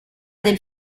del